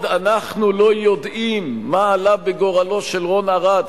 אנחנו לא יודעים מה עלה בגורלו של רון ארד,